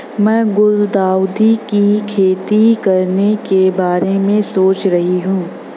मैं गुलदाउदी की खेती करने के बारे में सोच रही हूं